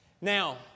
Now